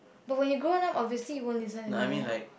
but when you go out obviously he won't listen anymore